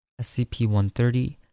SCP-130